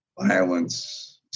violence